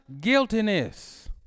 guiltiness